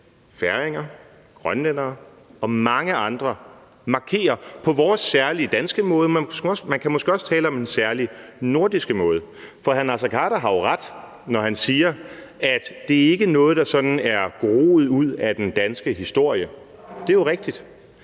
færinger, grønlændere og mange andre markerer på vores særlige danske måde. Man kan måske også tale om en særlig nordisk måde, for hr. Naser Khader har jo ret, når han siger, at det jo ikke er noget, der sådan er groet ud af den danske historie. Det er jo rigtigt.